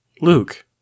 Luke